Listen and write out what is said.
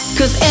Cause